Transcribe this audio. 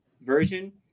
version